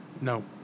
No